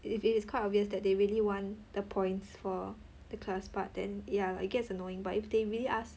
if it is quite obvious that they really want the points for the class part then ya it gets annoying but if they really ask